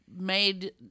made